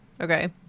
Okay